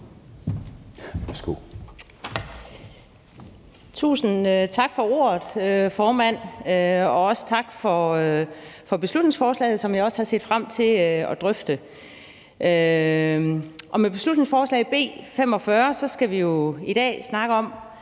Tusind tak for ordet, formand, og også tak for beslutningsforslaget, som jeg har set frem til at drøfte. Med B 45 foreslås det,